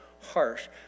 harsh